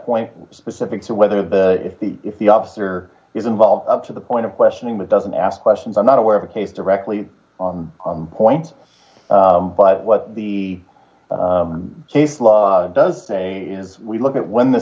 point specific to whether the if the if the officer is involved up to the point of questioning but doesn't ask questions i'm not aware of a case directly on points but what the case law does say is we look at when the